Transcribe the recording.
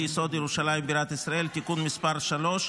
ירושלים בירת ישראל (תיקון מספר 3)